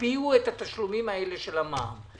תקפיאו את התשלומים האלה של המע"מ,